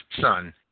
son